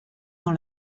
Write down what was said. dans